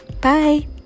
Bye